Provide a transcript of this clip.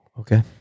Okay